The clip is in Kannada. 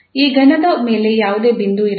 ಈ ಘನದ ಮೇಲೆ ಯಾವುದೇ ಬಿಂದು ಇರಬಹುದು